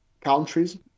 countries